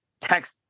text